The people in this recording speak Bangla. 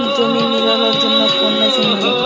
জমি নিড়ানোর জন্য কোন মেশিন ভালো?